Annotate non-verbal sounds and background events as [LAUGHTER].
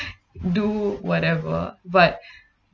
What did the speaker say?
[BREATH] do whatever but [BREATH]